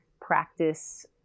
practice